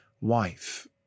wife